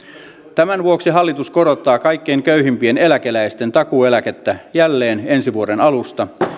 tämän vuoksi hallitus korottaa kaikkein köyhimpien eläkeläisten takuueläkettä jälleen ensi vuoden alusta